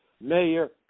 mayor